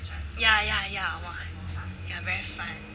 ya ya ya ya very fun